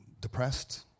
depressed